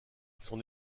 son